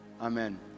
Amen